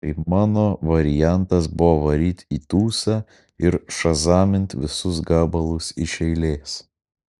tai mano variantas buvo varyt į tūsą ir šazamint visus gabalus iš eilės